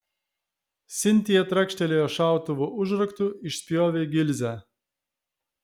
sintija trakštelėjo šautuvo užraktu išspjovė gilzę